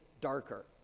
darker